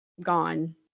gone